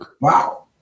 wow